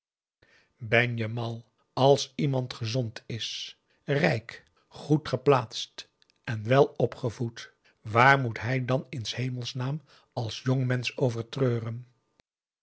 ben je mal als iemand gezond is rijk goed geplaatst en welopgevoed waar moet hij dan in s hemels naam als jongmensch over treuren